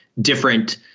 different